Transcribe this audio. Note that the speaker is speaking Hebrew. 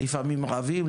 לפעמים רבים,